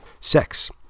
Sex